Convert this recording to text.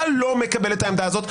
אתה לא מקבל את העמדה הזאת,